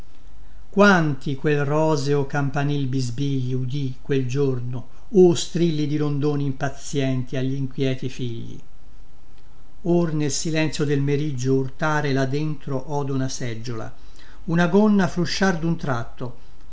quanti quel roseo campanil bisbigli udì quel giorno o strilli di rondoni impazïenti a glinquïeti figli or nel silenzio del meriggio urtare là dentro odo una seggiola una gonna frusciar dun tratto